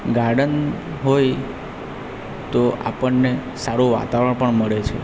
garden હોય તો આપણને સારું વાતાવરણ પણ મળે છે